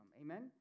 Amen